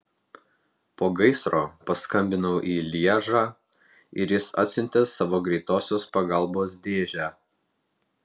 po gaisro paskambinau į lježą ir jis atsiuntė savo greitosios pagalbos dėžę